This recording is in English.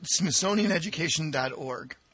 smithsonianeducation.org